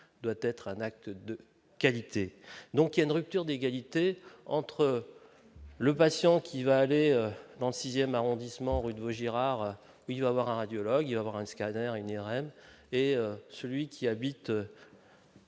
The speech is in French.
doit être un acte de qualité, donc il y a une rupture d'égalité entre le patient qui va aller dans le 6ème arrondissement, rue de Vaugirard, il va avoir un radiologue, avoir un scanners et celui qui habite.